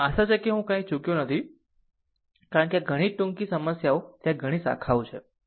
આશા છે કે હું કાંઈ ચૂકી નથી કારણ કે ઘણા ટૂંકી સમસ્યાઓ ત્યાં ઘણી શાખાઓ છે